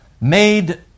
made